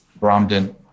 Bromden